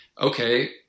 okay